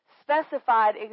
specified